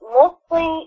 mostly